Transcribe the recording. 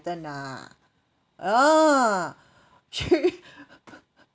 ah ah she